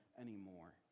anymore